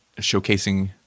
showcasing